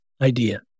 idea